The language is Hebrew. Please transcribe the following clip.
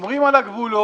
שומרים על הגבולות.